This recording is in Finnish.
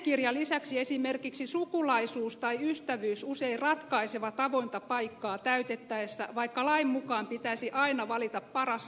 jäsenkirjan lisäksi esimerkiksi sukulaisuus tai ystävyys usein ratkaisevat avointa paikkaa täytettäessä vaikka lain mukaan pitäisi aina valita paras hakija